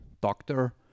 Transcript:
doctor